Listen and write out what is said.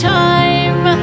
time